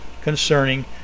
concerning